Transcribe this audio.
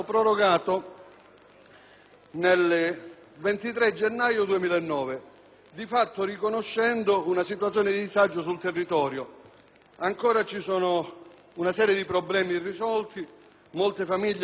al 23 gennaio 2009, di fatto riconoscendo una situazione di disagio sul territorio. Ancora ci sono una serie di problemi irrisolti: molte famiglie sono senza abitazione,